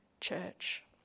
church